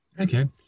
Okay